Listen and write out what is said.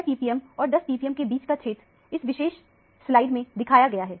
इसीलिए 6 ppm और 10 ppm के बीच का क्षेत्र इस विशेष स्लाइड में दिखाया गया है